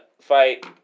fight